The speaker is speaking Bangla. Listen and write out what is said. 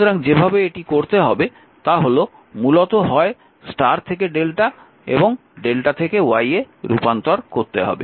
সুতরাং যেভাবে এটি করতে হবে তা হল মূলত হয় Y থেকে Δ এবং Δ থেকে Y এ রূপান্তর করতে হবে